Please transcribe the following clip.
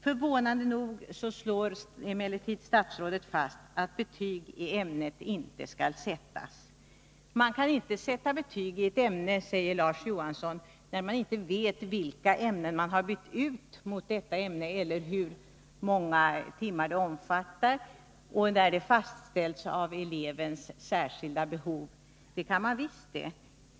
Förvånande nog slår emellertid statsrådet fast att betyg i ämnet inte skall sättas. Nr 121 Man kan inte sätta betyg i ett ämne, säger Larz Johansson, när man inte vet vilka ämnen som har bytts ut mot detta ämne och hur många timmar det omfattar och när det fastställs av elevens särskilda behov. Det kan man visst det!